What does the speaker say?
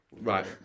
Right